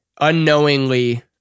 unknowingly